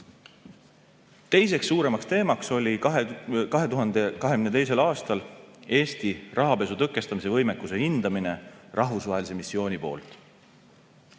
Teiseks suuremaks teemaks 2022. aastal oli Eesti rahapesu tõkestamise võimekuse hindamine rahvusvahelise missiooni poolt.